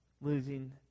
losing